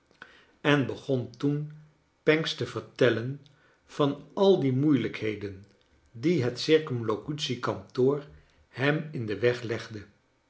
en begon toen pancks te vertellen van al de moeilijkheden die het circumlocutie kantoor hem in den weg legde